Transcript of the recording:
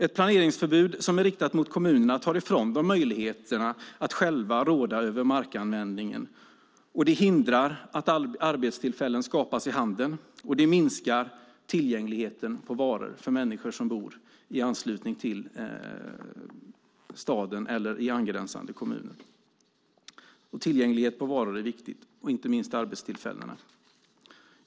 Ett planeringsförbud som är riktat mot kommunerna tar ifrån dem möjligheten att själva råda över markanvändningen. Det hindrar att arbetstillfällen skapas i handeln och det minskar tillgängligheten till varor för människor som bor i anslutning till staden eller i angränsande kommun. Tillgänglighet till varor är viktig, inte minst till arbetstillfällena.